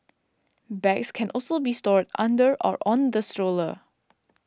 bags can also be stored under or on the stroller